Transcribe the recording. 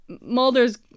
Mulder's